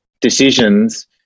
decisions